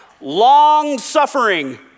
Long-suffering